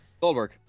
Goldberg